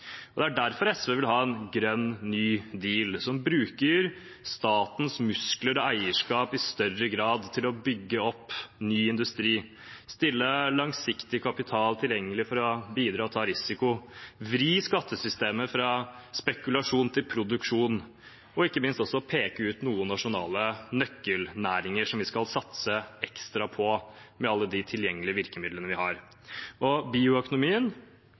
Det er derfor SV vil ha en grønn, ny deal der man bruker statens muskler og eierskap til i større grad å bygge opp ny industri, stille langsiktig kapital tilgjengelig for å bidra og ta risiko, vri skattesystemet fra spekulasjon til produksjon og ikke minst peke ut noen nasjonale nøkkelnæringer som vi skal satse ekstra på med alle de tilgjengelige virkemidlene vi har. Bioøkonomien,